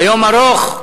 היום ארוך,